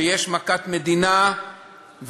יש מכת מדינה,